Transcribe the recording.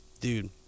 dude